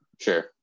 Sure